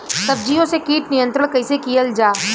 सब्जियों से कीट नियंत्रण कइसे कियल जा?